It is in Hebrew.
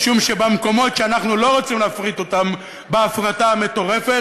משום שבמקומות שאנחנו לא רוצים להפריט אותם בהפרטה המטורפת,